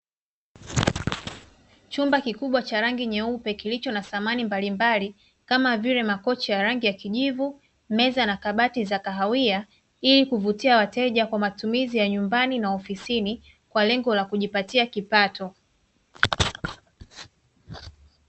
Chumba kikubwa cha rangi nyeupe kilicho na samani mbalimbali kama vile makochi ya rangi ya kijivu, meza na kabati za kahawiya, ili kuvutia wateja kwa matumizi ya nyumbani na maofisini kwa lengo la kujipatia kipato.